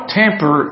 tamper